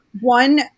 One